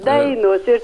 dainos ir